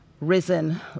risen